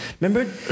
Remember